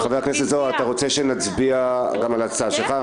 חבר הכנסת זוהר, אתה רוצה שנצביע על ההצעה שלך?